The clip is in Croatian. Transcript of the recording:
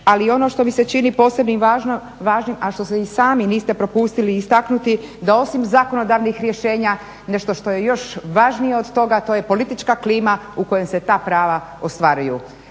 Ali ono što mi se čini posebnim važnim, a što i sami niste propustili istaknuti da osim zakonodavnih rješenja nešto što je još važnije od toga to je politička klima u kojoj se ta prava ostvaruju.